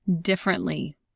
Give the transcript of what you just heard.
differently